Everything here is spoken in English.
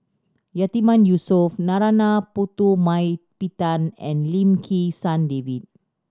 Yatiman Yusof Narana Putumaippittan and Lim Kim San David